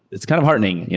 it's kind of heartening.